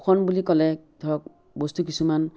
শোষণ বুলি ক'লে ধৰক বস্তু কিছুমান